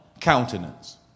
countenance